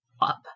up